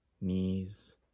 knees